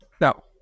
Now